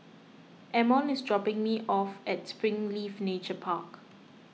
Amon is dropping me off at Springleaf Nature Park